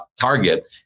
target